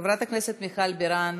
חברת הכנסת מיכל בירן,